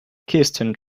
kirsten